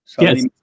Yes